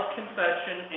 confession